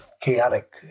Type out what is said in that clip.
Chaotic